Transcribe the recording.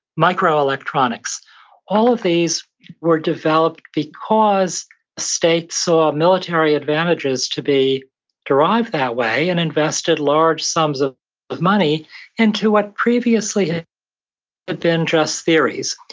microelectronics all these were developed because states saw military advantages to be derived that way, and invested large sums ah of money into what previously had been just theories.